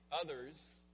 others